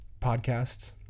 podcasts